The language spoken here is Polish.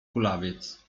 kulawiec